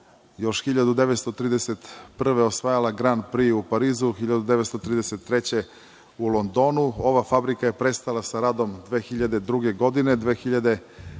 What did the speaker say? još 1931. godine osvajala Gran Pri u Parizu, 1933. godine u Londonu. Ova fabrika je prestala sa radom 2002. godine, 2004.